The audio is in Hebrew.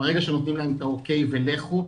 ברגע שנותנים להם את האוקי ולכו,